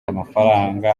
amafaranga